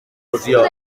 fusió